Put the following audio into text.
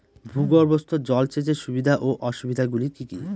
ভূগর্ভস্থ জল সেচের সুবিধা ও অসুবিধা গুলি কি কি?